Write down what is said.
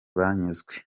banyuzwe